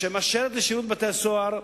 שמאשרת לשירות בתי-הסוהר,